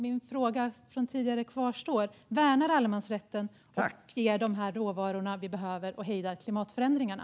Min tidigare fråga kvarstår: Värnar skogsbruket allemansrätten, ger det de råvaror vi behöver och hejdar det klimatförändringarna?